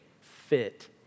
fit